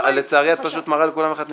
אבל לצערי את פשוט מראה לכולם איך את נראית.